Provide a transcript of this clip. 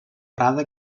prada